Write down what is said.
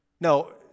No